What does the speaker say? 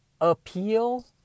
appeal